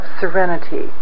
serenity